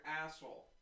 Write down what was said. asshole